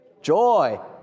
joy